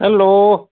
hello